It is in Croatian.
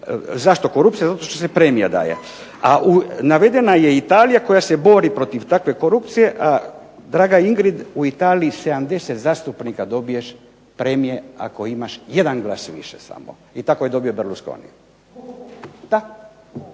zašto korupcija. Zato što se premija daje, a navedena je Italija koja se bori protiv takve korupcije. Draga Ingrid u Italiji 70 zastupnika dobiješ premije ako imaš jedan glas više samo. I tako je dobio Berlusconi.